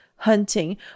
Hunting